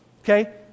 okay